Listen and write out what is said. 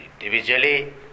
individually